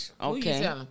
Okay